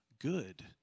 good